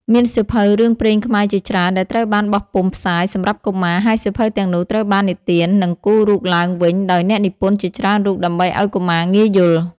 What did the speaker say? មានសៀវភៅរឿងព្រេងខ្មែរជាច្រើនដែលត្រូវបានបោះពុម្ពផ្សាយសម្រាប់កុមារ ហើយសៀវភៅទាំងនោះត្រូវបាននិទាន និងគូររូបឡើងវិញដោយអ្នកនិពន្ធជាច្រើនរូបដើម្បីឲ្យកុមារងាយយល់។